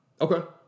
Okay